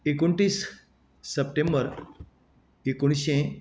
एकोणतीस सप्टेंबर एकोणशें